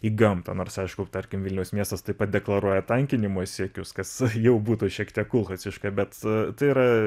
į gamtą nors aišku tarkim vilniaus miestas taip pat deklaruoja tankinimo siekius kas jau būtų šiek tiek kulchasiška bet tai yra